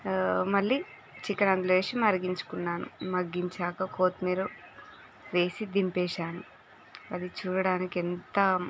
మళ్ళీ చికెన్ అందులో వేసి మరిగించుకున్నాను మగ్గించాక కొత్తిమీర వేసి దింపేసాను అది చూడటానికి ఎంత